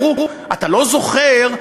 אמרו: אתה לא זוכר?